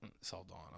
Saldana